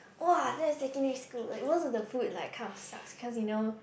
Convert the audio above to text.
!wah! that's secondary school like most of the food like kind of sucks cause you know